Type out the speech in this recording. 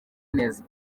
neza